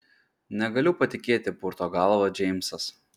negaliu patikėti purto galvą džeimsas